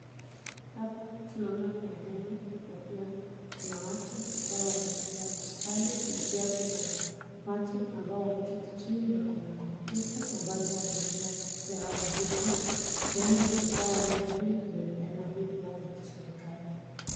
Hapa tunaona kuna hewa na pia kuna watu ambao wamepiga mstari. Na pia kuna watu ambao wameketi chini wako na kompyuta ambazo wanatumia kupatia hawa huduma. Huenda ikawa hii hema inapeana huduma za kiserikali.